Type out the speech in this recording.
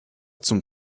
zum